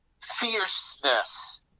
fierceness